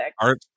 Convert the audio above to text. Art